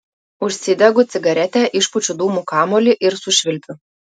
užsidegu cigaretę išpučiu dūmų kamuolį ir sušvilpiu